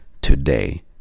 today